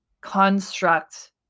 construct